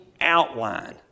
outline